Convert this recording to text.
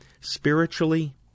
spiritually